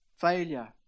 Failure